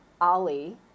Ali